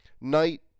Knight